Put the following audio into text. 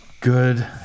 Good